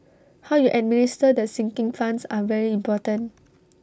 how you administer the sinking funds are very important